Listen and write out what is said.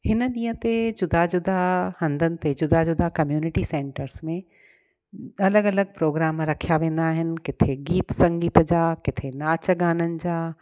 हिन ॾींहं ते जुदा जुदा हंधनि ते जुदा जुदा कम्यूनिटी सेंटर्स में अलॻि अलॻि प्रोग्राम रखिया वेंदा आहिनि किथे गीत संगीत जा किथे नाच गाननि जा